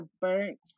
burnt